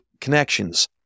connections